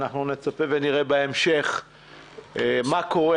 אנחנו נצפה ונראה בהמשך מה קורה.